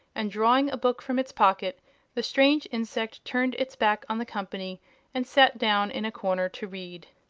and drawing a book from its pocket the strange insect turned its back on the company and sat down in a corner to read.